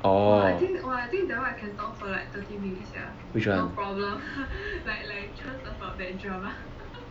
orh which one